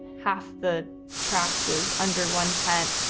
half the track was under one tent.